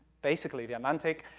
basically, the atlantic,